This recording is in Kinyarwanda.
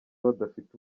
badafite